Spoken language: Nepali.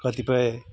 कतिपय